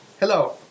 Hello